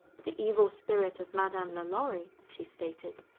the evil spirit of madame lalaurie, she stated,